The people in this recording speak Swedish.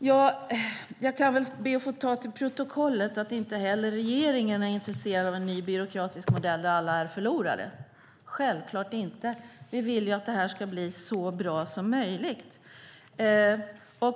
Herr talman! Jag kan be att få ta till protokollet att inte heller regeringen är intresserad av en ny byråkratisk modell där alla är förlorare, självklart inte. Vi vill att det ska bli så bra som möjligt.